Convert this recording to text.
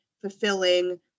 fulfilling